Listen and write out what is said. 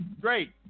Great